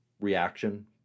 reaction